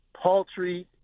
paltry